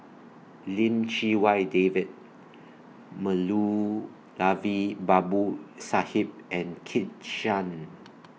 Lim Chee Wai David Moulavi Babu Sahib and Kit Chan